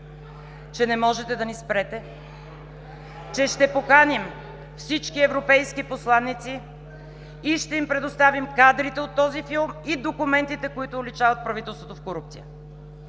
че не можете да ни спрете, че ще поканим всички европейски посланици и ще им предоставим кадрите от този филм и документите, които уличават правителството в корупция,